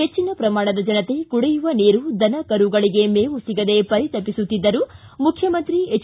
ಹೆಚ್ಚಿನ ಪ್ರಮಾಣದ ಜನತೆ ಕುಡಿಯುವ ನೀರು ದನ ಕರುಗಳಿಗೆ ಮೇವು ಸಿಗದೆ ಪರಿತಪಿಸುತ್ತಿದ್ದರೂ ಮುಖ್ಯಮಂತ್ರಿ ಎಚ್